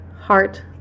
heart